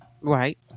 Right